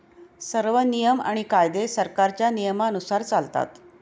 सर्व नियम आणि कायदे सरकारच्या नियमानुसार चालतात